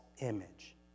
image